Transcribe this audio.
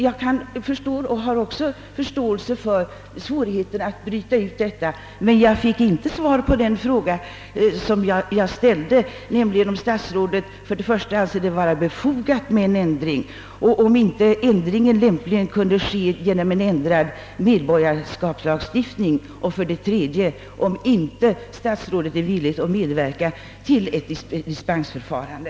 Jag förstår att det är svårt att bryta ut detta speciella problem, men jag fick inte svar på de frågor som jag ställde, nämligen om statsrådet för det första anser det vara befogat med en ändring, för det andra om inte ändringen lämpligen kan vidtagas genom en ändrad medborgarskapslagstiftning och för det tredje om statsrådet inte är villig medverka till ett dispensförfarande.